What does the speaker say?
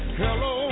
hello